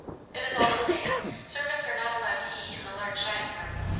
it is all the same servants are not allowed to eat in the large dining-room.